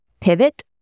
pivot